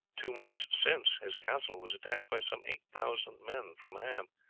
two months since his castle was attacked by some eight thousand men from ham,